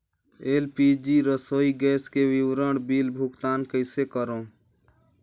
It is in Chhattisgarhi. एल.पी.जी रसोई गैस के विवरण बिल भुगतान कइसे करों?